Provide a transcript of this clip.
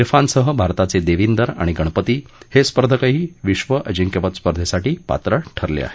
उफानसह भारताचे देविंदर आणि गणपती हे स्पर्धकही विध अजिंक्यपद स्पर्धेसाठी पात्र ठरले आहेत